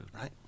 Right